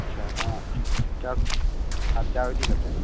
ᱟᱪᱪᱷᱟ ᱱᱚᱶᱟ ᱪᱟᱥ ᱟᱨᱡᱟᱣ ᱤᱫᱤ ᱠᱟᱛᱮᱫ